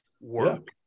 work